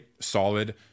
solid